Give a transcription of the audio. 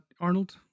Arnold